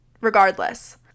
regardless